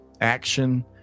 action